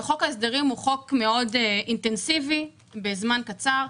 חוק ההסדרים הוא חוק מאוד אינטנסיבי בזמן קצר.